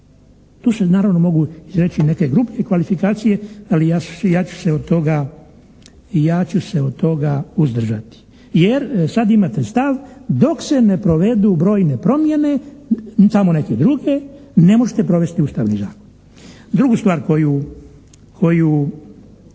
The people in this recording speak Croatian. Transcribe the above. Tu se naravno mogu izreći i neke krupnije kvalifikacije, ali ja ću se od toga uzdržati jer sada imate stav dok se ne provedu brojne promjene tamo neke druge ne možete provesti ustavni zakon. Drugu stvar koju